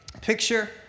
picture